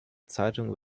zeitungen